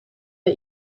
wij